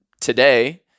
today